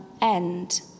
end